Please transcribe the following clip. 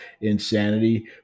insanity